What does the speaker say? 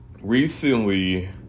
recently